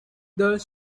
the